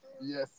Yes